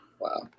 Wow